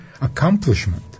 accomplishment